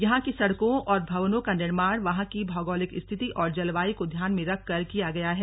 यहां की सड़कों और भवनों का निर्माण वहां की भौगोलिक स्थिति और जलवायु को ध्यान में रखकर किया गया है